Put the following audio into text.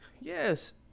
yes